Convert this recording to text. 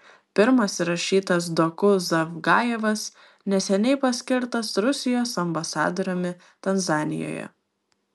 pirmas įrašytas doku zavgajevas neseniai paskirtas rusijos ambasadoriumi tanzanijoje